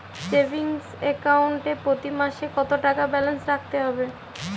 Savings account এ প্রতি মাসে কতো টাকা ব্যালান্স রাখতে হবে?